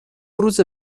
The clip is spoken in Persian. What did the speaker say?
روزه